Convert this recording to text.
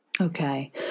Okay